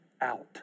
out